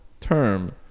term